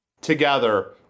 together